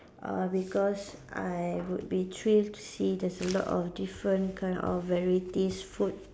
uh because I would be thrilled see there's a lot of different kind of varieties food